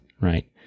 right